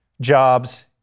jobs